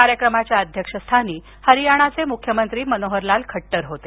कार्यक्रमाच्या अध्यक्षस्थानी हरियाणाचे मुख्यमंत्री मनोहरलाल खटटर होते